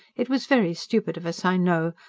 it was very stupid of us, i know.